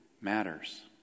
matters